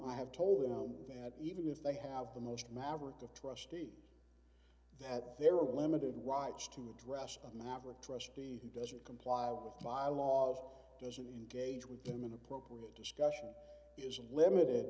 i have told them that even if they have the most maverick of trustees that there are a limited rights to address a maverick trustee who doesn't comply with bylaws doesn't in gauge with him an appropriate discussion isn't limited